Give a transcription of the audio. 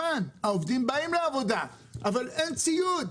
אבל אין ציוד.